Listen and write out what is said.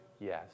Yes